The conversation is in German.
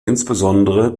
insbesondere